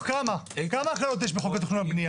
כמה הקלות יש בתכנון ובנייה?